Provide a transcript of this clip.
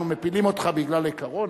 אנחנו מפילים אותך בגלל עיקרון?